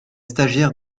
stagiaires